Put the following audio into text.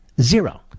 Zero